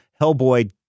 Hellboy